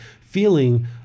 feeling